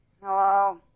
Hello